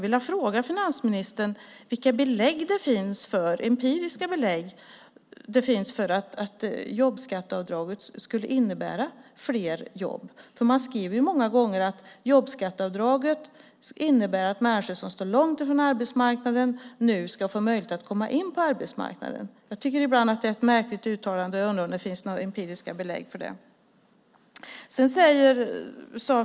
Vilka empiriska belägg finns det för att jobbskatteavdraget skulle innebära fler jobb, finansministern? Man skriver många gånger att jobbskatteavdraget gör att människor som står långt från arbetsmarknaden får möjlighet att komma in på arbetsmarknaden. Jag tycker att det är ett märkligt uttalande och undrar om det finns några empiriska belägg för det.